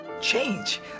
Change